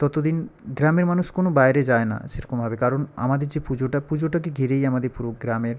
তত দিন গ্রামের মানুষ কোনো বাইরে যায় না সেরকমভাবে কারণ আমাদের যে পুজোটা পুজোটাকে ঘিরেই আমাদের পুরো গ্রামের